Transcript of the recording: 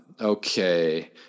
okay